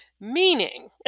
Meaning